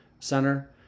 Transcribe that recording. center